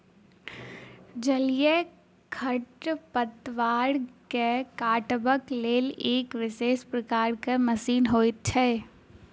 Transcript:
जलीय खढ़पतवार के काटबाक लेल एक विशेष प्रकारक मशीन होइत छै